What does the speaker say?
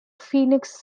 phoenix